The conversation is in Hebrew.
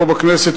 פה בכנסת,